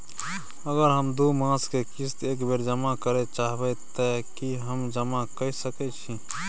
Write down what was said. अगर हम दू मास के किस्त एक बेर जमा करे चाहबे तय की हम जमा कय सके छि?